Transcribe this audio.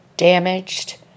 damaged